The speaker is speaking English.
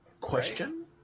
Question